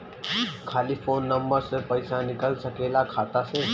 खाली phone number से पईसा निकल सकेला खाता से?